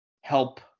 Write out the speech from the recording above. help